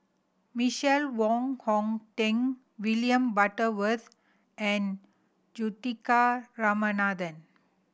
Michael Wong Hong Teng William Butterworth and Juthika Ramanathan